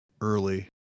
early